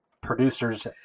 producers